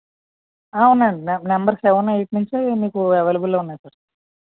ఉన్నాయండి నె number seven eight నుంచే మీకు అవైలబుల్లో ఉన్నాయి సార్